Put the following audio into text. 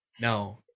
no